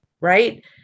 right